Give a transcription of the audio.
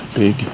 big